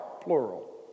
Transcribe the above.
plural